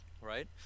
right